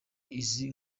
izi